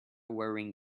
wearing